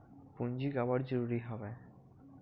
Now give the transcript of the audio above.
पूंजी काबर जरूरी हवय?